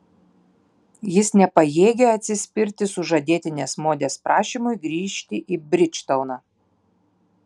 jis nepajėgia atsispirti sužadėtinės modės prašymui grįžti į bridžtauną